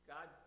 God